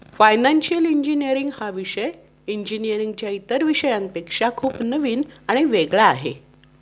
financial engineering हा विषय इंजिनीअरिंगच्या इतर विषयांपेक्षा खूप नवीन आणि वेगळा आहे